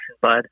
bud